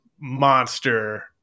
monster